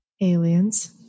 aliens